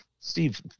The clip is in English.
Steve